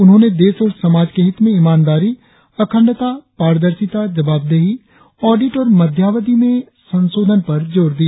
उन्होंने देश और समाज के हित में ईमानदारी अखंडता पारदर्शिता जवाबदेही ऑडिट और मध्यावधि में संशोधक पर जोर दिया